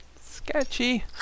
sketchy